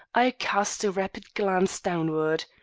i cast a rapid glance downward.